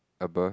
above